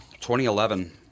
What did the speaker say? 2011